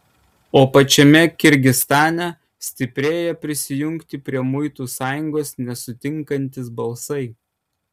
o pačiame kirgizstane stiprėja prisijungti prie muitų sąjungos nesutinkantys balsai